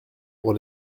pour